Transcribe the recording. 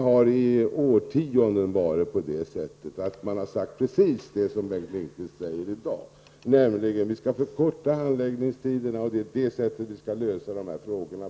Under årtionden har man sagt precis det som Bengt Lindqvist säger i dag, nämligen att handläggningstiderna skall förkortas och att dessa frågor på så sätt skall lösas.